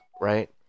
right